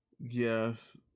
yes